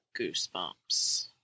Goosebumps